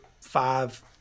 five